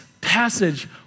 passage